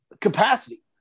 capacity